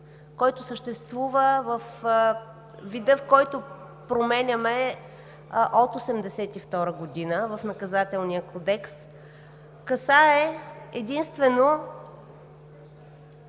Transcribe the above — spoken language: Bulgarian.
който съществува във вида, в който го променяме, от 1982 г. в Наказателния кодекс касае единствено